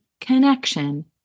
connection